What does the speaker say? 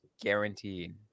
guaranteed